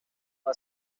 for